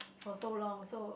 for so long so